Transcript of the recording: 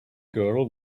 girl